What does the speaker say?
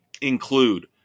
include